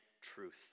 truth